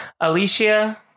Alicia